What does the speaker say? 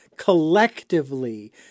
collectively